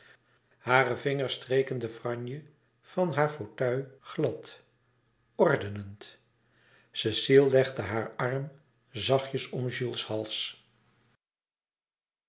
hare vingers streken de franje van haar fauteuil glad ordenend cecile legde haar arm zachtjes om jules hals